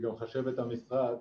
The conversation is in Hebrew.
שהיא גם חשבת המשרד.